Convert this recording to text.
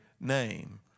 name